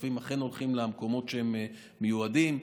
שהכספים אכן הולכים למקומות שהם מיועדים אליהם.